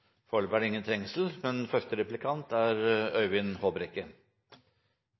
er det ingen trengsel, men første replikant er representanten Øyvind Håbrekke.